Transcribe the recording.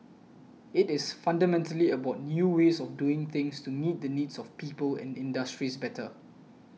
it is fundamentally about new ways of doing things to meet the needs of people and industries better